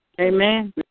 Amen